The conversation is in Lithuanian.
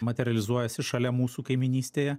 materializuojasi šalia mūsų kaimynystėje